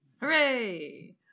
Hooray